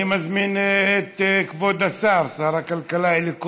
אני מזמין את כבוד השר, שר הכלכלה אלי כהן,